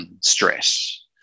stress